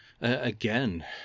again